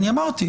אני אמרתי,